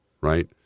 right